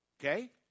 Okay